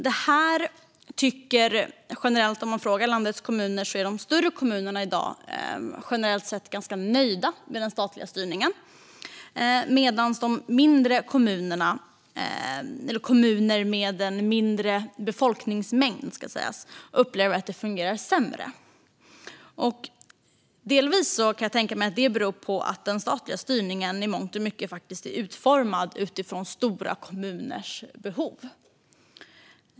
De större kommunerna är i dag generellt sett ganska nöjda med den statliga styrningen medan de mindre kommunerna - eller kommuner med en mindre befolkningsmängd, ska jag säga - upplever att det fungerar sämre. Jag kan tänka mig att detta delvis beror på att den statliga styrningen i mångt och mycket är utformad utifrån stora kommuners behov.